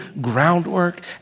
groundwork